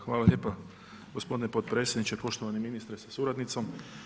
Hvala lijepa gospodine potpredsjedniče, poštovani ministre sa suradnicom.